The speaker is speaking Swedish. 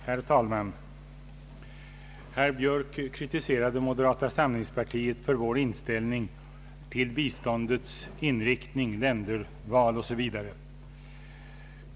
Herr talman! Herr Björk kritiserade moderata samlingspartiet för dess inställning till biståndets inriktning, länderval 0. s. v.